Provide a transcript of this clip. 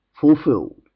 Fulfilled